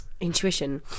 intuition